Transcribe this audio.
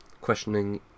questioning